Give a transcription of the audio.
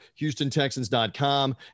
HoustonTexans.com